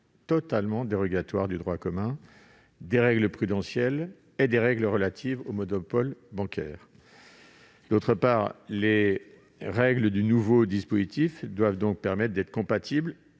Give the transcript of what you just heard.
totalement » -dérogatoire au droit commun, aux règles prudentielles et aux règles relatives au monopole bancaire. Les règles régissant ce nouveau dispositif doivent lui permettre d'être compatible